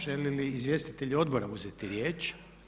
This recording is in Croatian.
Žele li izvjestitelji odbora uzeti riječ?